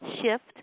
shift